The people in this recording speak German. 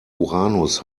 uranus